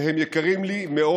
והם יקרים לי מאוד.